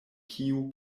kiu